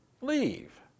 leave